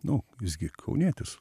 nu visgi kaunietis